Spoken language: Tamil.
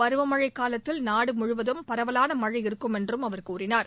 பருவமனழ காலத்தில் நாடு முழுவதும் பரவலான மனழ இருக்கும் என்றும் அவர் தெரிவித்தார்